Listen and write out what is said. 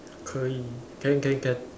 可以 can can can